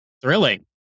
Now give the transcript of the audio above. thrilling